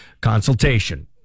consultation